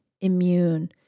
immune